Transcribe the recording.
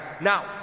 Now